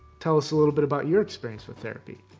tell us a little but about your experience with therapy.